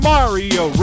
Mario